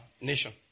nation